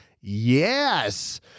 yes